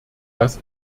das